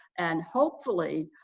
and, hopefully,